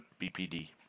BPD